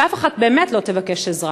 ואף אחת באמת לא תבקש עזרה.